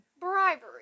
bribery